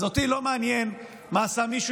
אז אותי לא מעניין מה עשה מישהו,